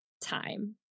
time